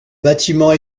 bâtiment